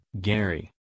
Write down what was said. Gary